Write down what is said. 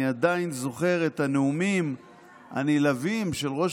אני עדיין זוכר את הנאומים הנלהבים של ראש